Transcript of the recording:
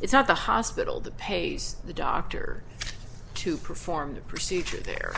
it's not the hospital the pace the doctor to perform the procedure the